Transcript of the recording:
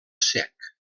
sec